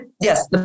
yes